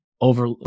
over